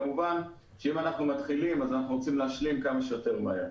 כמובן שאם אנחנו מתחילים אז אנחנו רוצים להשלים כמה שיותר מהר.